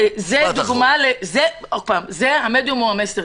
המדיום הוא המסר.